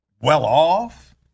well-off